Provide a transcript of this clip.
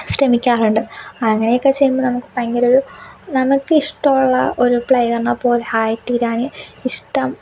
ശ്രമിക്കാറുണ്ട് അങ്ങനെയൊക്കെ ചെയ്യുമ്പോൾ നമുക്ക് ഭയങ്കര ഒരു നമുക്ക് ഇഷ്ടമുള്ള ഒരു പ്ലെയറിനൊപ്പം ആയി തീരാൻ ഇഷ്ടം